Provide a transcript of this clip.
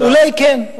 אולי כן,